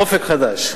"אופק חדש"